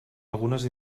algunes